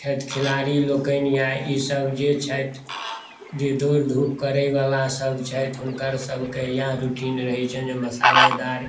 छथि खिलाड़ी लोकनि या ईसभ जे छथि जे दौड़ धूप करयवला सभ छथि हुनकर सभकेँ इएह रुटिन रहैत छनि जे मसालेदार